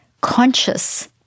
conscious